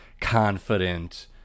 confident